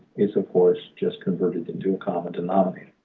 it's of course just converted into a common denominator.